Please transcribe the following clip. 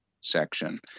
section